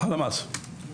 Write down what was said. הלמ"ס.